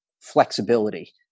flexibility